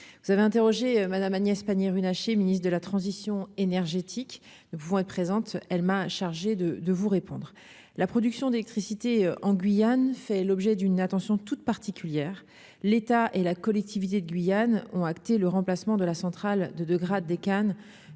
vous avez interrogé madame Agnès Pannier-Runacher Ministre de la Transition énergétique, nous pouvons être présente, elle m'a chargé de de vous répondre, la production d'électricité en Guyane, fait l'objet d'une attention toute particulière, l'état et la collectivité de Guyane ont acté le remplacement de la centrale de de grade des cannes